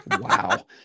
Wow